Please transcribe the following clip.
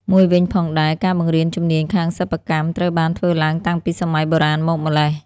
មួយវិញផងដែរការបង្រៀនជំនាញខាងសិប្បកម្មត្រូវបានធ្វើឡើងតាំងពីសម័យបុរាណមកម្លេះ។